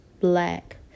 black